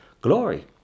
glory